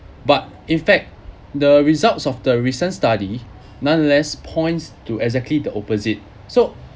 but in fact the results of the recent study nonetheless points to exactly the opposite so